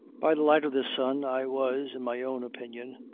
by the light of this sun i was, in my own opinion,